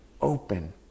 open